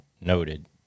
noted